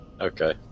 Okay